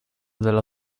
della